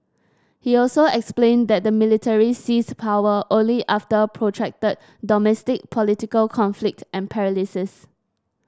he also explained that the military seized power only after protracted domestic political conflict and paralysis